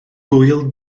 gŵyl